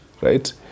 right